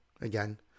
again